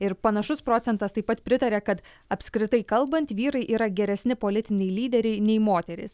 ir panašus procentas taip pat pritaria kad apskritai kalbant vyrai yra geresni politiniai lyderiai nei moterys